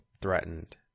threatened